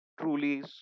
truly